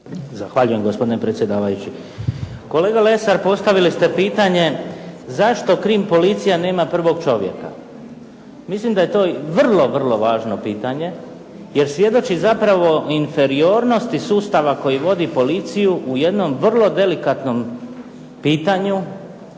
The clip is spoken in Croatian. Zahvaljujem gospodine predsjedavajući. Kolega Lesar postavili ste pitanje zašto krim policija nema prvog čovjeka? Mislim da je to vrlo, vrlo važno pitanje jer svjedoči zapravo o inferiornosti sustava koji vodi policiju u jednom vrlo delikatnom pitanju